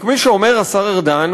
וכפי שאומר השר ארדן,